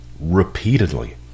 repeatedly